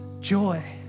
joy